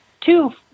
two